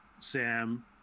Sam